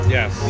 Yes